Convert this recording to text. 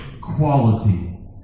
Quality